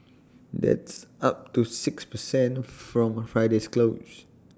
that's up to six per cent from Friday's close